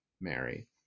Mary